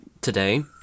today